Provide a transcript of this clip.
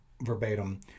verbatim